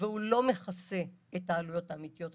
והוא לא מכסה את העלויות האמיתיות.